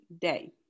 day